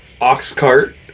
Oxcart